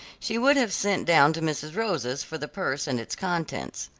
she would have sent down to mrs. rosa's for the purse and its contents.